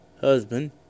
husband